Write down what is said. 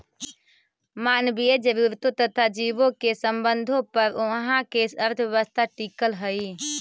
मानवीय जरूरतों तथा जीवों के संबंधों पर उहाँ के अर्थव्यवस्था टिकल हई